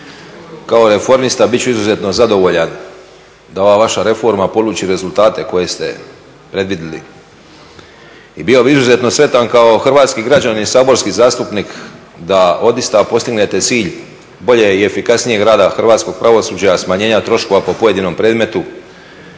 kao reformista bit ću izuzetno zadovoljan da ova reforma poluči rezultate koje ste previdjeli i bio bih izuzetno sretan kao hrvatski građanin, Saborski zastupnik da odista postignete cilj boljeg i efikasnijeg rada Hrvatskog pravosuđa, smanjenja troškova po pojedinom predmetu.